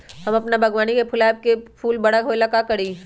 हम अपना बागवानी के गुलाब के फूल बारा होय ला का करी?